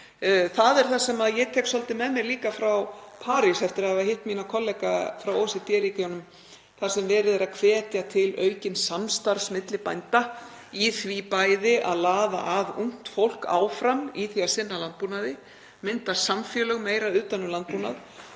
Það er það sem ég tek svolítið með mér frá París, eftir að hafa hitt mína kollega frá OECD-ríkjunum, þar sem verið er að hvetja til aukins samstarfs milli bænda, bæði í því að laða að ungt fólk áfram í að sinna landbúnaði, mynda samfélög meira utan um landbúnað